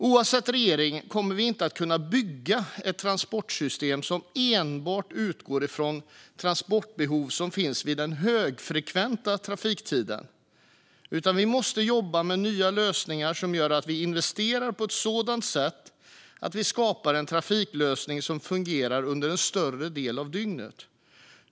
Oavsett regering kommer vi inte att kunna bygga ett transportsystem som enbart utgår från de transportbehov som finns vid den högfrekventa trafiktiden, utan vi måste jobba med nya lösningar som gör att vi investerar på ett sådant sätt att vi skapar en trafiklösning som fungerar under en större del av dygnet.